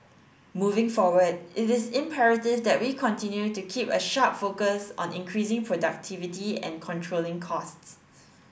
moving forward it is imperative that we continue to keep a sharp focus on increasing productivity and controlling costs